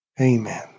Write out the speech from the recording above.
Amen